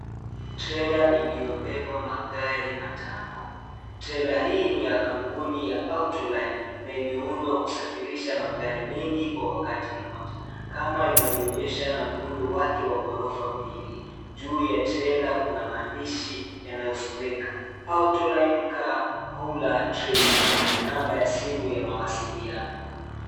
Trela iliyo beba magari matano, trela hii ni ya kampuni ya Auto Line na ime undwa kusafirisha magari mengi kwa wakati moja kama inavyo onyesha na muundo wake wa ghorofa mbili. Juu ya trela kuna maandishi yanayo someka auto line car hauler trailer na namba ya simu ya mawasiliano.